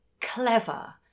clever